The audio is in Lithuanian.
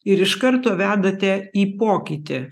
ir iš karto vedate į pokytį